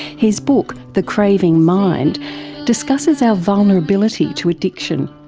his book the craving mind discusses our vulnerability to addiction,